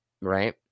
right